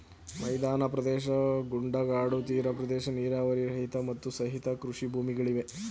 ಮೈದಾನ ಪ್ರದೇಶ, ಗುಡ್ಡಗಾಡು, ತೀರ ಪ್ರದೇಶ, ನೀರಾವರಿ ರಹಿತ, ಮತ್ತು ಸಹಿತ ಕೃಷಿ ಭೂಮಿಗಳಿವೆ